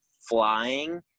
flying